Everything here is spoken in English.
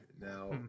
Now